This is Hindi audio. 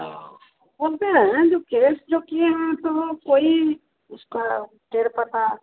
वह बोलते हैं केस जो किए हैं तो कोई उसका ठौर पता